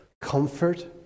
comfort